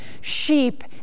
Sheep